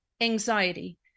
anxiety